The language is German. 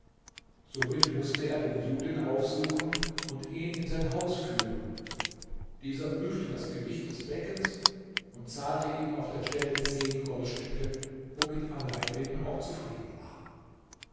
somit mußte er den juden aufsuchen und ihn in sein haus führen dieser prüfte das gewicht des beckens und zahlte ihm auf der stelle zehn goldstücke womit alaeddin auch zufrieden war